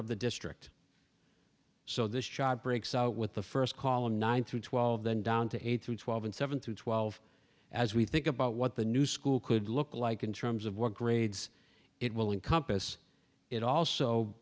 of the district so this chart breaks out with the first call in nine through twelve then down to eight through twelve and seven through twelve as we think about what the new school could look like in terms of what grades it will encompass it also